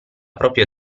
proprio